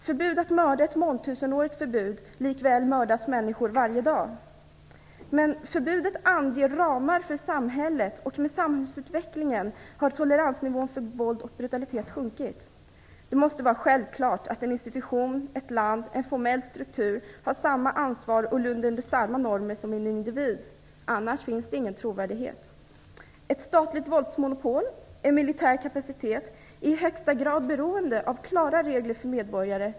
Förbud att mörda är ett mångtusenårigt förbud, och likväl mördas människor varje dag. Men förbudet anger ramar för samhället, och med samhällsutvecklingen har toleransnivån för våld och brutalitet sjunkit. Det måste vara självklart att en institution, ett land, en formell struktur, har samma ansvar och lyder under samma normer som en individ - annars finns det ingen trovärdighet. Ett statligt våldsmonopol, en militär kapacitet, är i högsta grad beroende av klara regler för medborgare.